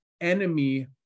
enemy